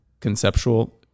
conceptual